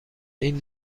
این